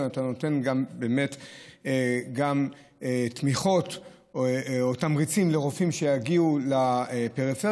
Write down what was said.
ואתה גם נותן תמיכות או תמריצים לרופאים שיגיעו לפריפריה,